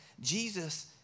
Jesus